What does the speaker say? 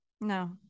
no